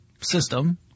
system